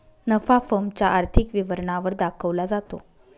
नफा फर्म च्या आर्थिक विवरणा वर दाखवला जातो